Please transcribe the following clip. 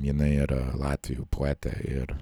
jinai yra latvių poetė ir